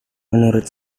menurut